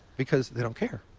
because they don't care.